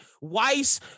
Weiss